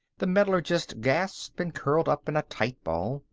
the metallurgist gasped and curled up in a tight ball.